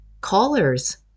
callers